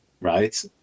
right